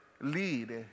lead